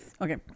Okay